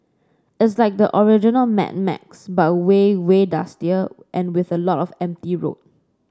it's like the original Mad Max but way way dustier and with lots of empty roads